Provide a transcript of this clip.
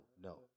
no